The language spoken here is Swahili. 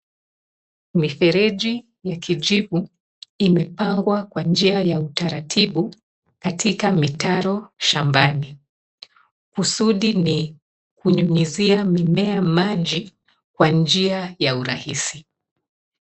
Mifereji ya kijivu imepangwa kwa njia ya utaratibu katika mitaro shambani. Kusudi ni kunyunyizia mimea maji kwa njia ya urahisi.